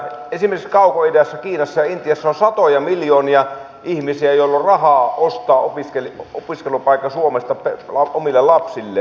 esimerkiksi kaukoidässä kiinassa ja intiassa on satoja miljoonia ihmisiä joilla on rahaa ostaa opiskelupaikka suomesta omille lapsilleen